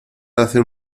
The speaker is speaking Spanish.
hace